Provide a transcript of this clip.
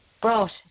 brought